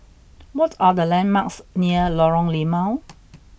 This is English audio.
what are the landmarks near Lorong Limau